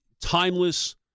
timeless